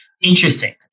interesting